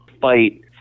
fight